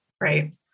right